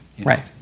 right